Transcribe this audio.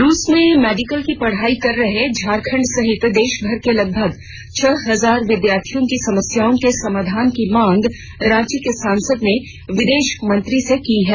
रूस में मेडिकल की पढाई कर रहे झारखंड सहित देश भर के लगभग छह हजार विद्यार्थियों की समस्याओं के समाधान की मांग रांची के सांसद ने विदेश मंत्री से की है